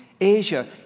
Asia